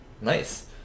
Nice